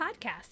podcast